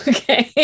Okay